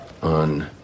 on